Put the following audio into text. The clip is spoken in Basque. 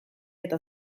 eta